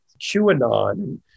QAnon